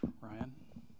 Ryan